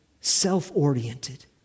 self-oriented